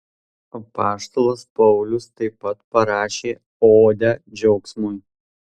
apaštalas paulius taip pat parašė odę džiaugsmui